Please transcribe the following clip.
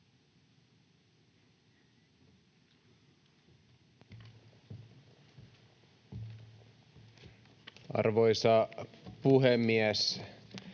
Arvoisa puhemies!